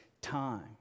time